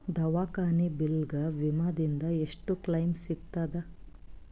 ದವಾಖಾನಿ ಬಿಲ್ ಗ ವಿಮಾ ದಿಂದ ಎಷ್ಟು ಕ್ಲೈಮ್ ಸಿಗತದ?